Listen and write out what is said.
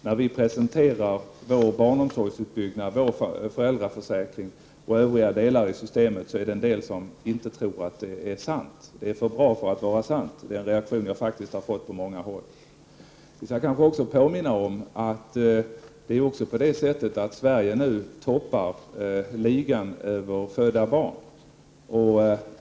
När vi presenterar vår barnomsorgsutbyggnad, vår föräldraförsäkring och de övriga delarna i systemet tror en del inte att det är sant. Det är för bra för att vara sant är en reaktion jag faktiskt har fått på många håll. Vi skall kanske också påminna om att Sverige nu toppar ligan över antalet födda barn.